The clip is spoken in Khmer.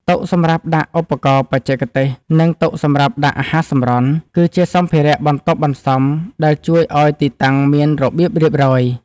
តុសម្រាប់ដាក់ឧបករណ៍បច្ចេកទេស និងតុសម្រាប់ដាក់អាហារសម្រន់ ក៏ជាសម្ភារៈបន្ទាប់បន្សំដែលជួយឱ្យទីតាំងមានរបៀបរៀបរយ។